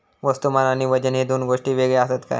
वस्तुमान आणि वजन हे दोन गोष्टी वेगळे आसत काय?